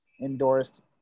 endorsed